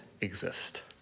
exist